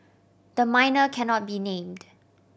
the minor cannot be named